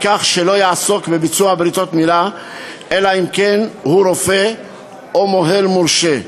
כך שלא יעסוק אדם בעריכת בריתות מילה אלא אם כן הוא רופא או מוהל מורשה,